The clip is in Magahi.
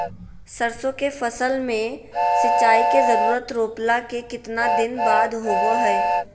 सरसों के फसल में सिंचाई के जरूरत रोपला के कितना दिन बाद होबो हय?